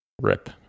Rip